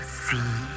see